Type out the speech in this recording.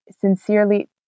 sincerely